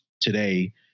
today